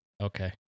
Okay